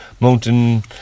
Mountain